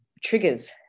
Triggers